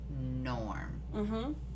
norm